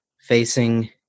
facing